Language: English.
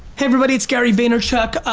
hey everybody, it's gary vaynerchuk.